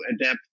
adapt